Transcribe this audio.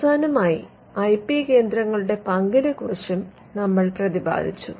അവസാനമായി I P കേന്ദ്രങ്ങളുടെ പങ്കിനെക്കുറിച്ചും നമ്മൾ പ്രതിപാദിച്ചു